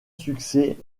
succès